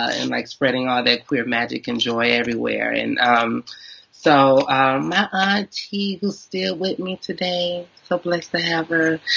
and like, spreading all that queer magic and joy everywhere. and um so ah aunt t, who is still with me today. so blessed to have her.